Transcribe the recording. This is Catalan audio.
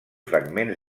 fragments